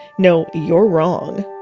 no, you're wrong.